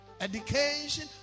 Education